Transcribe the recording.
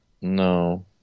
No